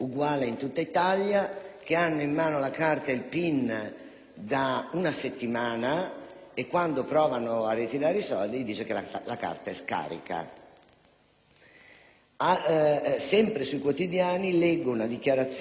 da una settimana e quando provano a ritirare i soldi la carta risulta scarica. Sempre sui quotidiani leggo una dichiarazione del Ministero dell'economia che dice: